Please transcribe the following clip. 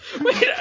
Wait